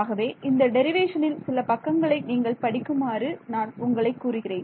ஆகவே இந்த டெரிவேஷனில் சில பக்கங்களை நீங்கள் படிக்குமாறு நான் உங்களை கூறுகிறேன்